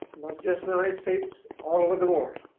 not just in the united states, all over the world,